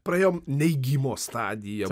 praėjom neigimo stadiją